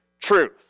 truth